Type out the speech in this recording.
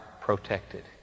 protected